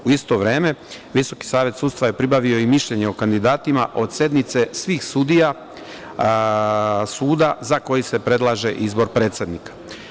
U isto vreme, VSS je pribavio i mišljenje o kandidatima od sednice svih sudija suda za koji se predlaže izbor predsednika.